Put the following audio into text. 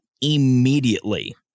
immediately